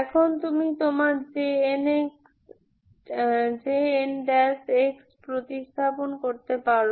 এখন তুমি তোমার Jnx প্রতিস্থাপন করতে পারো